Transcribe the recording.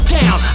down